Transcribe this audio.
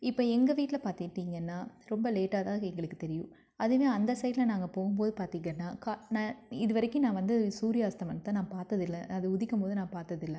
இப்போ எங்கள் வீட்டில பார்த்துக்கிட்டிங்கன்னா ரொம்ப லேட்டாக தான் எங்களுக்கு தெரியும் அதுவே அந்த சைட்ல நாங்கள் போகும் போது பார்த்திங்கனா இது வரைக்கும் நான் வந்து சூரிய அஸ்தமனத்தை நான் பார்த்ததில்ல அது உதிக்கும் போது நான் பார்த்ததில்ல